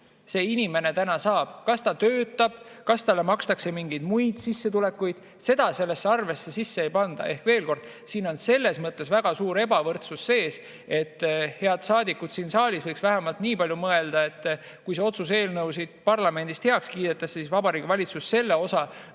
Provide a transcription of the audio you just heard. see inimene saab, kas ta töötab, kas talle makstakse mingeid muid sissetulekuid, seda sellesse [arvestusse] sisse ei panda. Siin on selles mõttes väga suur ebavõrdsus sees. Head saadikud siin saalis võiks vähemalt nii palju mõelda, et kui see otsuse eelnõu siin parlamendis heaks kiidetakse, siis Vabariigi Valitsus selle osa,